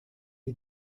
sie